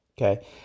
Okay